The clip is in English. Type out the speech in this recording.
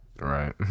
Right